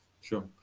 Sure